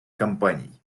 кампаній